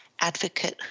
advocate